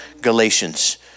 Galatians